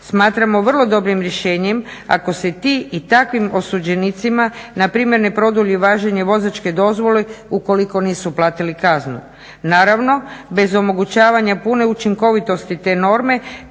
Smatramo vrlo dobrim rješenjem ako se ti i takvim osuđenicima, na primjer ne produlji važenje vozačke dozvole ukoliko nisu platili kaznu. Naravno, bez omogućavanja pune učinkovitosti te norme